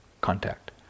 contact